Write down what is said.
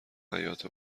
حیاط